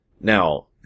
now